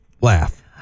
laugh